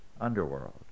underworld